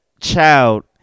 child